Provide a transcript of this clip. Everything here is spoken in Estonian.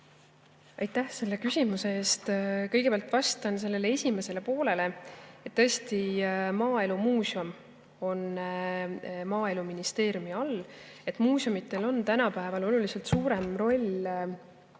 Aitäh selle küsimuse eest! Kõigepealt vastan esimesele poolele. Tõesti, maaelumuuseum on Maaeluministeeriumi all. Muuseumidel on tänapäeval oluliselt suurem roll kui